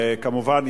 כמובן,